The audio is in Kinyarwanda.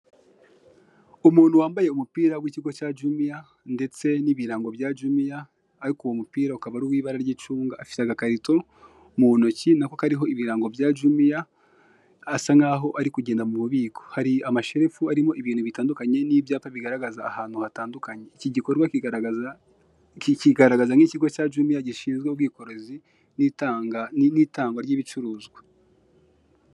Umuntu wambaye umupira w'ikigo cya juniya ndetse n'ibirango bya juniya ariko uwo mupira ukaba ari uwibara ry'icunga afite agakarito mu intoki nako kariho ibirango bya juniya asa naho ari kugenda m'ububiko, hari amashefu arimo ibintu bitandukanye n'ibyapa bigaragaza ahantu hatandukanye, iki gikorwa kikigaragaza nk'ikigo cya juniya gishinzwe ubwikorezi n'itangwa ry'ibicururuzwa.